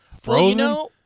Frozen